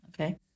Okay